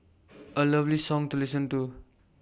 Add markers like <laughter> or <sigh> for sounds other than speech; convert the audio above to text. <noise> A lovely song to listen to